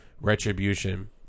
Retribution